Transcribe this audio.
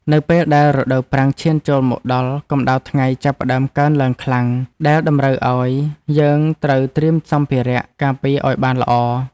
នៅពេលដែលរដូវប្រាំងឈានចូលមកដល់កម្តៅថ្ងៃចាប់ផ្តើមកើនឡើងខ្លាំងដែលតម្រូវឱ្យយើងត្រូវត្រៀមសម្ភារៈការពារឱ្យបានល្អ។